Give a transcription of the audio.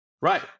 Right